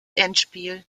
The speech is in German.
endspiel